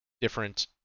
different